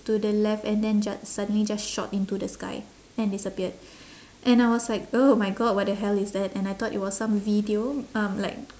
to the left and then just suddenly just shot into the sky then disappeared and I was like oh my god what the hell is that and I thought it was some video um like